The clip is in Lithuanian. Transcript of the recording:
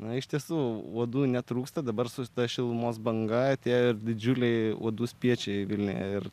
na iš tiesų uodų netrūksta dabar su ta šilumos banga tie didžiuliai uodų spiečiai vilniuje ir